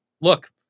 look